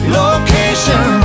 location